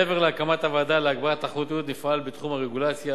מעבר להקמת הוועדה להגברת התחרותיות נפעל בתחום הרגולציה.